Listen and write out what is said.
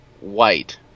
white